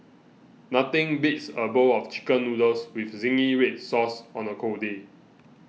nothing beats a bowl of Chicken Noodles with Zingy Red Sauce on a cold day